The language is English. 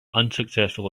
unsuccessful